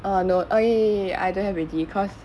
orh no oh ya ya ya ya I don't have already cause